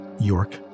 York